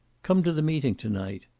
come to the meeting to-night.